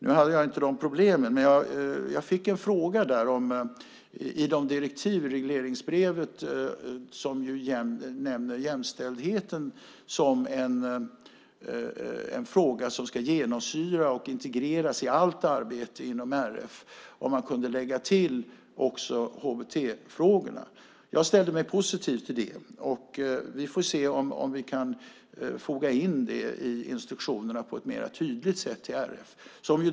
Nu hade jag inte de problemen. Jag fick en fråga. Man frågade om man i de direktiv i regleringsbrevet som nämner jämställdhet som en fråga som ska genomsyra och integreras i allt arbete inom RF kan lägga till också HBT-frågorna. Jag ställde mig positiv till det. Vi får se om vi kan foga in det i instruktionerna till RF på ett tydligare sätt.